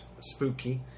Spooky